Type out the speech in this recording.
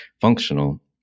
functional